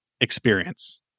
experience